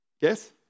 Yes